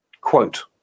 Quote